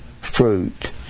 fruit